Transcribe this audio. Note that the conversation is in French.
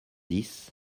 dix